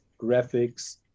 graphics